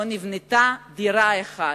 לא נבנתה דירה אחת.